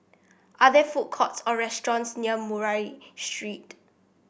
are there food courts or restaurants near Murray Street